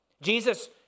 Jesus